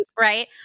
right